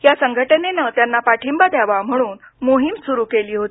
ह्या संघटनेनं त्यांना पाठींबा द्यावा म्हणून मोहीम सुरु केली होती